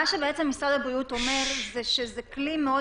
מה שבעצם משרד הבריאות אומר זה שזה כלי מאוד